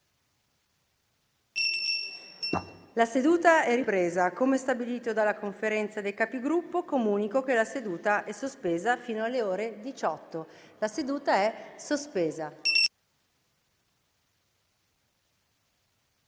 una nuova finestra") Come stabilito dalla Conferenza dei Capigruppo, comunico che la seduta è sospesa fino alle ore 18. *(La seduta, sospesa